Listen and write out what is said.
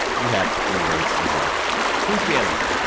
you have three words, as well who's the enemy?